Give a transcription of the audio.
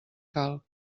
cal